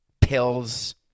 pills